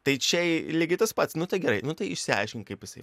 tai čia lygiai tas pats nu tai gerai nu tai išsiaiškink kaip jisai